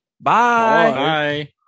bye